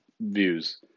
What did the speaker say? views